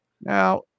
Now